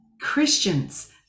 Christians